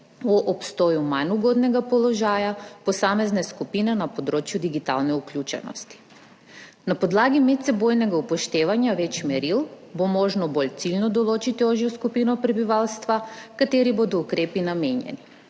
o obstoju manj ugodnega položaja posamezne skupine na področju digitalne vključenosti. Na podlagi medsebojnega upoštevanja več meril bo možno bolj ciljno določiti ožjo skupino prebivalstva, kateri bodo ukrepi namenjeni.